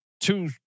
two